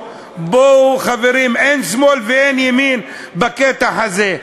בואו, חברים, אין שמאל ואין ימין בקטע הזה.